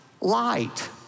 Light